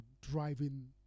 driving